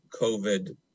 COVID